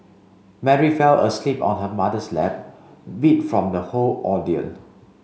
Mary fell asleep on her mother's lap beat from the whole ordeal